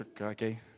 okay